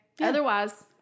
Otherwise